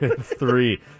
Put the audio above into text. Three